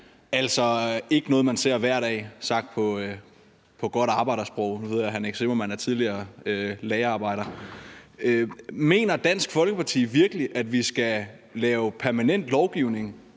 altså ikke noget, man ser hver dag, sagt på godt arbejdersprog – nu ved jeg, at hr. Nick Zimmermann er tidligere lagerarbejder. Mener Dansk Folkeparti virkelig, at vi skal lave permanent lovgivning